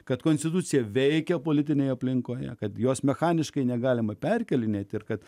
kad konstitucija veikia politinėje aplinkoje kad jos mechaniškai negalima perkėlinėti ir kad